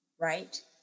right